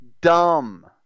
dumb